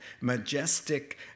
majestic